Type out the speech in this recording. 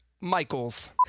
Michael's